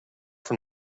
from